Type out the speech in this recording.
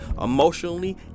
emotionally